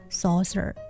saucer